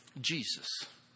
Jesus